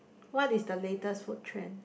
what is the latest food trend